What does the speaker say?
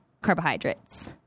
carbohydrates